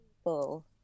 people